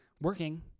working